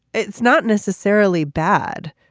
it's not necessarily bad.